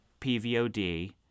PVOD